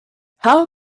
how